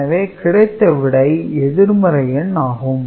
எனவே கிடைத்த விடை எதிர்மறை எண் ஆகும்